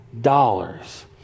dollars